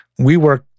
WeWork